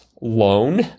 loan